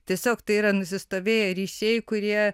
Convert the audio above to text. tiesiog tai yra nusistovėję ryšiai kurie